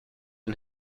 and